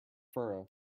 furrow